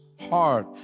hard